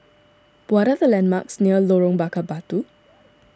what are the landmarks near Lorong Bakar Batu